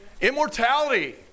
immortality